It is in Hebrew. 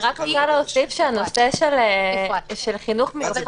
אני מבקש שתוסיפו תחת הכותרת של חינוך את